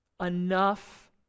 enough